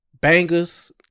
bangers